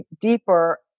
deeper